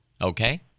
Okay